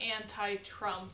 anti-Trump